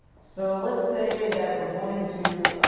so let's say that we're going to